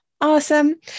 awesome